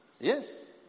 Yes